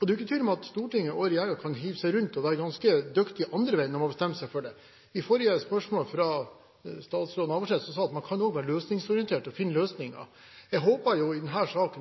kan hive seg rundt og være ganske dyktige den andre veien, om de har bestemt seg for det. I forrige spørsmål, til statsråd Navarsete, ble det sagt at man kan være løsningsorienterte og finne løsninger. Jeg håper